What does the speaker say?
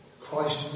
Christ